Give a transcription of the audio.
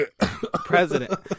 President